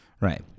Right